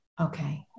Okay